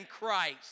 Christ